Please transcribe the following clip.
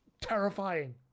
terrifying